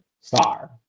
star